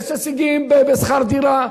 יש הישגים בשכר דירה,